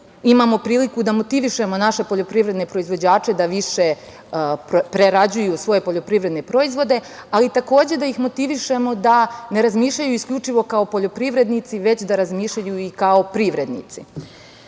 imamo priliku da motivišemo naše poljoprivredne proizvođače da više prerađuju svoje poljoprivredne proizvode, ali takođe da ih motivišemo da ne razmišljaju isključivo kao poljoprivrednici, već da razmišljaju i kao privrednici. Dakle,